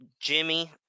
Jimmy